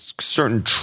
certain